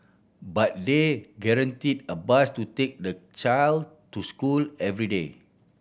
but they guaranteed a bus to take the child to school every day